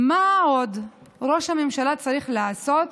מה עוד ראש הממשלה צריך לעשות